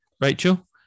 Rachel